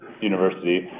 University